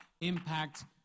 impact